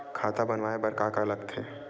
खाता बनवाय बर का का लगथे?